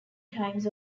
times